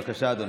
בבקשה, אדוני,